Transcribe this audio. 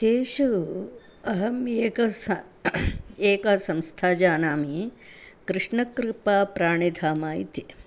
तेषु अहम् एकं सा एका संस्था जानामि कृष्णकृपाप्राणिधामः इति